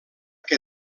que